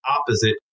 opposite